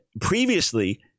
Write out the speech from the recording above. previously